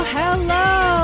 hello